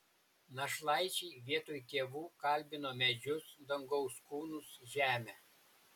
našlaičiai vietoj tėvų kalbino medžius dangaus kūnus žemę